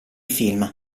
film